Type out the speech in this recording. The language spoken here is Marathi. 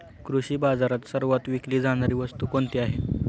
कृषी बाजारात सर्वात विकली जाणारी वस्तू कोणती आहे?